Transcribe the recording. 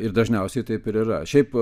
ir dažniausiai taip ir yra šiaip